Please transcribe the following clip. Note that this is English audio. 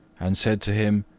and said to him,